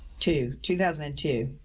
two, two thousand and two.